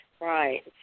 right